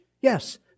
yes